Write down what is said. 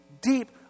deep